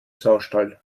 saustall